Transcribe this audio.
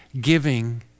giving